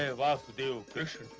ah vasudev